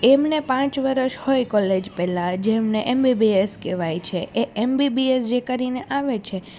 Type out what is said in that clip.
એમને પાંચ વરસ હોય કોલેજ પહેલાં જેમને એમબીબીએસ કહેવાય છે એ એમબીબીએસ જે કરીને આવે છે